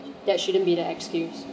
that shouldn't be the excuse